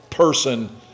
Person